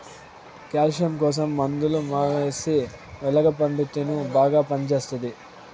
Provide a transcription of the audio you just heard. calcium కోసం మందులు మానేసి వెలగ పండు తిను బాగా పనిచేస్తది